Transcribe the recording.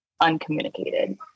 uncommunicated